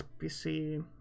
pc